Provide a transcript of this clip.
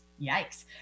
Yikes